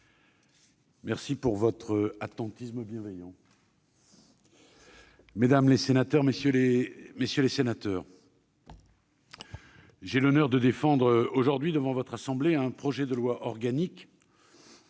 remercie de votre attention bienveillante. Mesdames, messieurs les sénateurs, j'ai l'honneur de défendre aujourd'hui devant votre Haute Assemblée un projet de loi organique